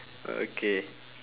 okay